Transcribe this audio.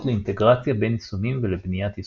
לאינטגרציה בין יישומים ולבניית יישומים.